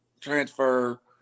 transfer